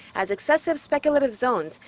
as excessive speculative zones,